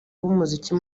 b’umuziki